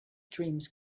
dreams